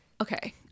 Okay